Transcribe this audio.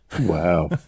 Wow